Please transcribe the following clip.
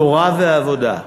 תורה ועבודה,